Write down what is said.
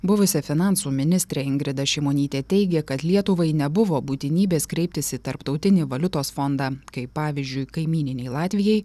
buvusi finansų ministrė ingrida šimonytė teigė kad lietuvai nebuvo būtinybės kreiptis į tarptautinį valiutos fondą kaip pavyzdžiui kaimyninei latvijai